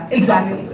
exactly.